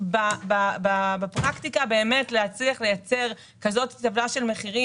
זאת באמת בעיה שמשרד האוצר כתב את החוק הזה לבד.